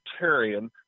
libertarian